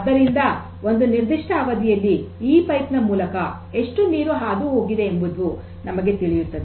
ಆದ್ದರಿಂದ ಒಂದು ನಿರ್ದಿಷ್ಟ ಅವಧಿಯಲ್ಲಿ ಈ ಕೊಳವೆ ಯ ಮೂಲಕ ಎಷ್ಟು ನೀರು ಹಾದು ಹೋಗಿದೆ ಎಂಬುದು ನಮಗೆ ತಿಳಿಯುತ್ತದೆ